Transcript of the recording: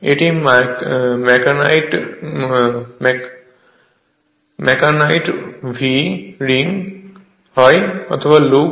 এটি micanite V ring অথবা look